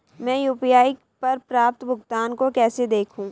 मैं यू.पी.आई पर प्राप्त भुगतान को कैसे देखूं?